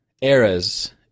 eras